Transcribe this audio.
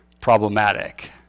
problematic